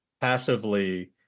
passively